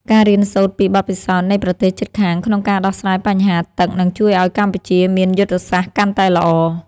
ការរៀនសូត្រពីបទពិសោធន៍នៃប្រទេសជិតខាងក្នុងការដោះស្រាយបញ្ហាទឹកនឹងជួយឱ្យកម្ពុជាមានយុទ្ធសាស្ត្រកាន់តែល្អ។